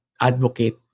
advocate